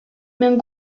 main